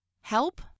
Help